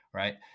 right